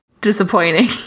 disappointing